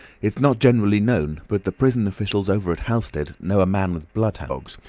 it's not generally known, but the prison officials over at halstead know a man with bloodhounds. dogs.